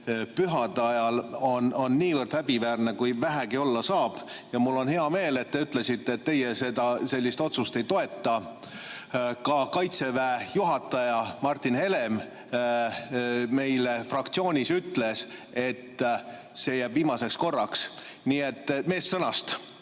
pühade ajal on nii häbiväärne, kui vähegi olla saab. Mul on hea meel, et te ütlesite, et teie sellist otsust ei toeta. Ka Kaitseväe juhataja Martin Herem ütles meile fraktsioonis, et see jääb viimaseks korraks. Nii et meest sõnast!